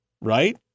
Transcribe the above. right